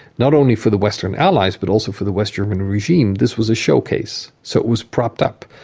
not only for the western allies but also for the west german regime, this was a showcase, so it was propped up.